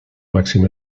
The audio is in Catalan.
màxim